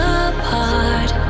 apart